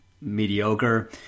mediocre